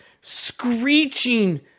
screeching